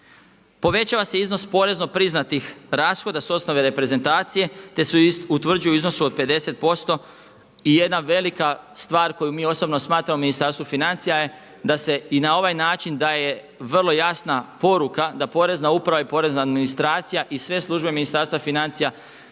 Povećava se iznos porezno priznatih rashoda s osnove reprezentacije te se utvrđuju u iznosu od 50% i jedna velika stvar koju mi osobno smatramo u Ministarstvu financija je da se i na ovaj način daje vrlo jasna poruka da Porezna uprava i porezna administracija i sve službe Ministarstva financija